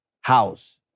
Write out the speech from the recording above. house